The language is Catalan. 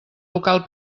local